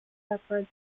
separate